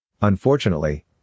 Unfortunately